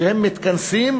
שהם מתכנסים